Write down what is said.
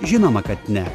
žinoma kad ne